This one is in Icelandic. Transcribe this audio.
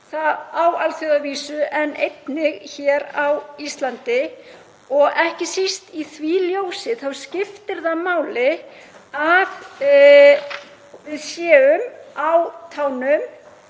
á alþjóðavísu en einnig hér á Íslandi. Ekki síst í því ljósi skiptir máli að við séum á tánum,